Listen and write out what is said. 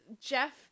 Jeff